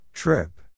Trip